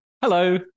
Hello